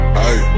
hey